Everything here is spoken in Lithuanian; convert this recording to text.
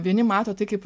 vieni mato tai kaip